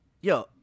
Yo